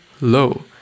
low